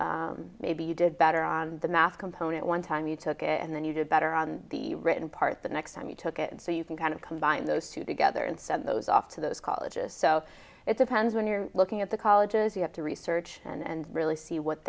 take maybe you did better on the math component one time you took it and then you did better on the written part the next time you took it so you can kind of combine those two together and set those off to those colleges so it depends when you're looking at the colleges you have to research and really see what